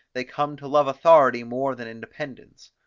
they come to love authority more than independence.